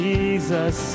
Jesus